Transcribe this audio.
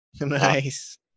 nice